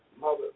Mother